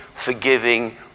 forgiving